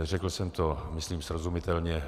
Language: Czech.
Řekl jsem to myslím srozumitelně.